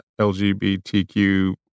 LGBTQ